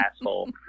asshole